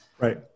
Right